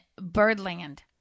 Birdland